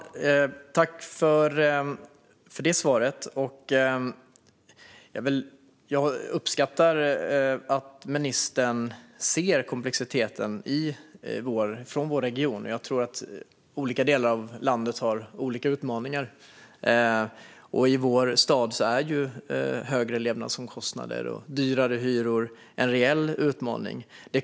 Herr talman! Jag tackar för svaret. Jag uppskattar att ministern ser komplexiteten i vår region. Olika delar av landet har olika utmaningar. I vår stad är högre levnadsomkostnader och dyrare hyror en reell utmaning.